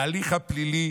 ההליך הפלילי